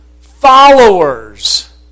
followers